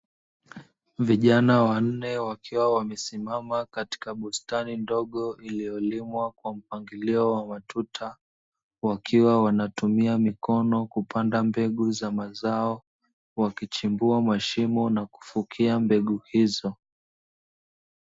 Vijana wanne wakiwa wamesimama katika bustani ndogo iliyolimwa kwa mpangilio wa matuta, wakiwa wanatumia mikono kupanda mbegu za mazao, wakichimbua mashimo na kufukia mbegu hizo.